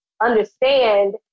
understand